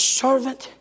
servant